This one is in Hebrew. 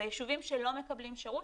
והיישובים שלא מקבלים שירות,